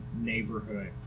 neighborhood